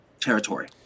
territory